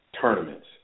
tournaments